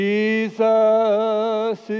Jesus